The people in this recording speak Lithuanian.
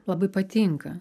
labai patinka